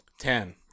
Ten